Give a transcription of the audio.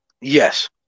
Yes